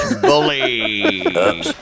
Bully